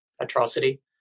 atrocity